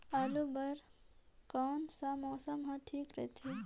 आलू बार कौन सा मौसम ह ठीक रथे?